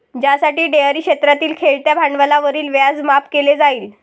ज्यासाठी डेअरी क्षेत्रातील खेळत्या भांडवलावरील व्याज माफ केले जाईल